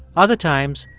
other times,